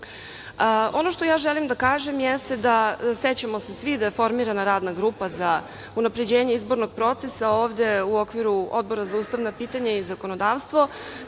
što želim da kažem jeste da se svi sećamo da je formirana Radna grupa za unapređenje izbornog procesa ovde u okviru Odbora za ustavna pitanja i zakonodavstvo.